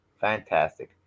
Fantastic